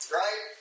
right